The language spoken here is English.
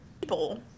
people